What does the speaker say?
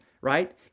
right